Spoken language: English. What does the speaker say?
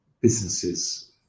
businesses